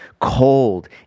cold